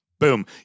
Boom